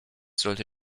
sollte